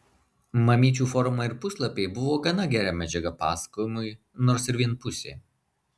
mamyčių forumai ir puslapiai buvo gana gera medžiaga pasakojimui nors ir vienpusė